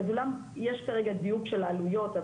אז יש כרגע דיוק של העלויות,